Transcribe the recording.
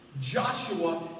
Joshua